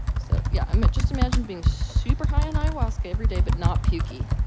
so, yeah, i mean just imagine being super high on ayahuasca every day but not pucky.